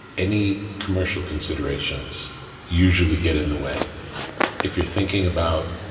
any commercial considerations usually get in the way if you're thinking about